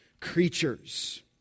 creatures